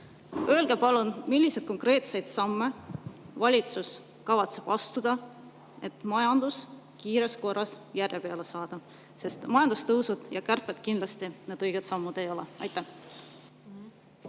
000.Öelge palun, milliseid konkreetseid samme valitsus kavatseb astuda, et majandus kiires korras järje peale saada. [Maksu]tõusud ja kärped kindlasti need õiged sammud ei ole. Aitäh!